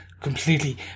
completely